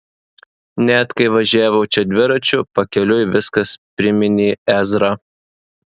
net kai važiavo čia dviračiu pakeliui viskas priminė ezrą